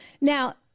Now